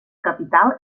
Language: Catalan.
capital